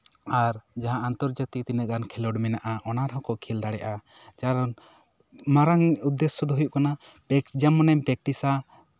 ᱟᱨ ᱡᱟᱦᱟᱸ ᱟᱱᱛᱚᱨᱡᱟᱛᱤᱠ ᱛᱤᱱᱟᱹᱜ ᱜᱟᱱ ᱠᱷᱮᱞᱳᱰ ᱢᱮᱱᱟᱜᱼᱟ ᱚᱱᱟ ᱦᱚᱸᱠᱚ ᱠᱷᱮᱞ ᱫᱟᱲᱮᱭᱟᱜᱼᱟ ᱠᱟᱨᱚᱱ ᱢᱟᱨᱟᱝ ᱩᱫᱽᱫᱮᱥᱥᱚ ᱫᱚ ᱦᱩᱭᱩᱜ ᱠᱟᱱᱟ ᱯᱮᱠ ᱡᱮᱢᱚᱱᱮᱢ ᱯᱮᱠᱴᱤᱥᱼᱟ